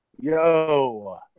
yo